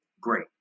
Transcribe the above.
great